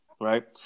Right